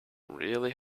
really